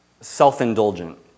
self-indulgent